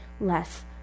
less